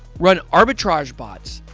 run arbitrage bots,